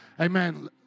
Amen